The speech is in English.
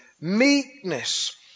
meekness